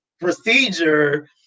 procedure